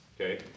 Okay